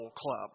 Club